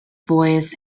boys